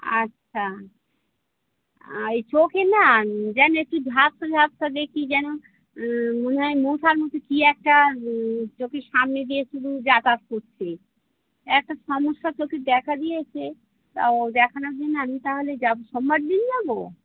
আচ্ছা এই চোখে না যেন একটু ঝাপসা ঝাপসা দেখি যেন মনে হয় মশার মতো কি একটা চোখের সামনে দিয়ে শুধু যাতায়াত করছে একটা সমস্যা চোখের দেখা দিয়েছে তাও দেখানোর জন্য আমি তাহলে যাব সোমবার দিন যাবো